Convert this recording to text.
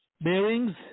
bearings